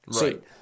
Right